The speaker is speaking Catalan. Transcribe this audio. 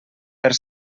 per